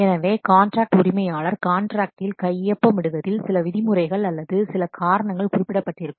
எனவே காண்ட்ராக்ட் உரிமையாளர் காண்ட்ராக்டில் கையொப்பமிடுவதில் சில விதிமுறைகள் அல்லது சில காரணங்கள் குறிப்பிடப்பட்டிருக்கும்